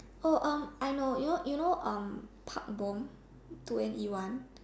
oh um I know you know you know um Park-Bom Two-N_E-one